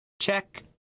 Check